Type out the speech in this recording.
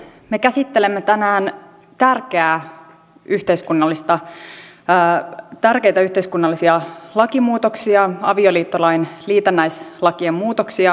me käsittelemme tänään tärkeitä yhteiskunnallisia lakimuutoksia avioliittolain liitännäislakien muutoksia